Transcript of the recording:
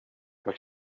jag